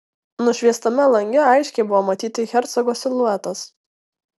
nušviestame lange aiškiai buvo matyti hercogo siluetas